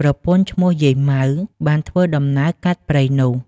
ប្រពន្ធឈ្មោះយាយម៉ៅ បានធ្វើដំណើរកាត់ព្រៃនោះ ។